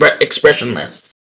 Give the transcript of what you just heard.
expressionless